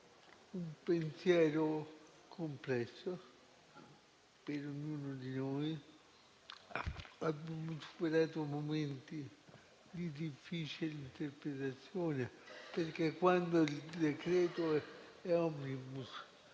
un pensiero complesso per ognuno di noi. Abbiamo superato momenti di difficile interpretazione perché quando il decreto-legge è *omnibus*